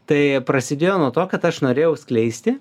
tai prasidėjo nuo to kad aš norėjau skleisti